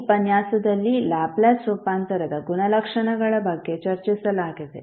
ಈ ಉಪನ್ಯಾಸದಲ್ಲಿ ಲ್ಯಾಪ್ಲೇಸ್ ರೂಪಾಂತರದ ಗುಣಲಕ್ಷಣಗಳ ಬಗ್ಗೆ ಚರ್ಚಿಸಲಾಗಿದೆ